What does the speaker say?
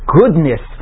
goodness